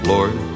Lord